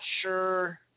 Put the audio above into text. sure